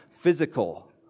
physical